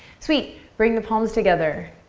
sweet, bring the palms together,